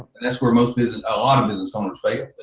and that's where most business a lot of business owners fail.